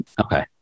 Okay